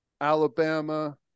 Alabama